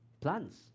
Plants